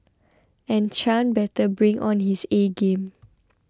and Chan better bring on his A game